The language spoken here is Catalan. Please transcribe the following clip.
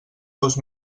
seus